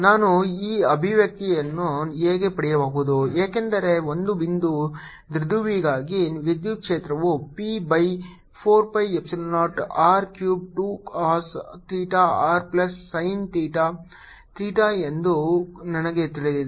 rr m ನಾನು ಈ ಅಭಿವ್ಯಕ್ತಿಯನ್ನು ಹೇಗೆ ಪಡೆಯಬಹುದು ಏಕೆಂದರೆ ಒಂದು ಬಿಂದು ದ್ವಿಧ್ರುವಿಗಾಗಿ ವಿದ್ಯುತ್ ಕ್ಷೇತ್ರವು P by 4 pi epsilon naught r cube 2 cos theta r plus sine theta theta ಎಂದು ನನಗೆ ತಿಳಿದಿದೆ